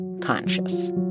conscious